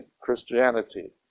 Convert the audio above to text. Christianity